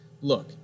Look